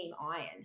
iron